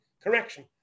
correction